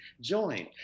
join